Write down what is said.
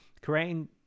creating